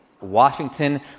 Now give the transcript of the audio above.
Washington